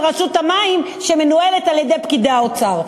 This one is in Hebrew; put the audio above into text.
רשות המים שמנוהלת על-ידי פקידי האוצר.